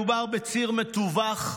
מדובר בציר מטווח,